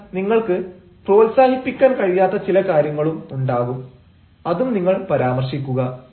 എന്നാൽ നിങ്ങൾക്ക് പ്രോത്സാഹിപ്പിക്കാൻ കഴിയാത്ത ചില കാര്യങ്ങളും ഉണ്ടാകും അതും നിങ്ങൾ പരാമർശിക്കുക